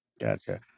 Gotcha